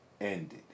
ended